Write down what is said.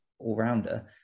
all-rounder